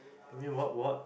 but i mean what what